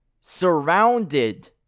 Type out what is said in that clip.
surrounded